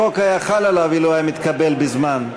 החוק היה חל עליו אילו היה מתקבל בזמן.